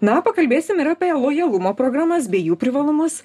na pakalbėsim ir apie lojalumo programas bei jų privalumus